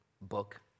book